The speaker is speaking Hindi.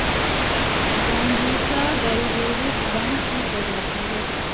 बैम्ब्यूसा वैलगेरिस बाँस की प्रजाति है